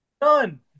Done